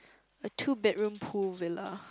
a two bedroom pool villa